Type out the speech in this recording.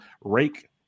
Rake